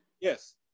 Yes